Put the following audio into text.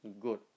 good